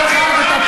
רודף נשים,